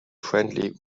friendly